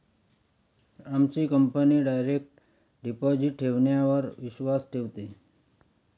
आमची company direct deposit ठेवण्यावर विश्वास ठेवते